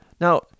Now